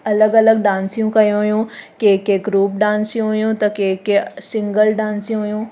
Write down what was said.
अलॻि अलॻि डांसियूं कयूं हुयूं कंहिं कंहिं ग्रुप डांसियूं हुयूं त कंहिं कंहिं सिंगल डांसियूं हुयूं